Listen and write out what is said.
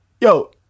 yo